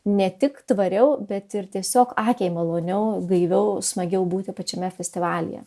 ne tik tvariau bet ir tiesiog akiai maloniau gaiviau smagiau būti pačiame festivalyje